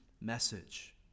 message